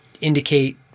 indicate